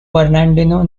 bernardino